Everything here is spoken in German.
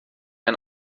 ein